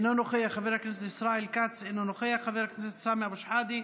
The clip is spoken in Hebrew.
אינו נוכח, חבר הכנסת ישראל כץ,